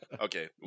Okay